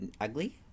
ugly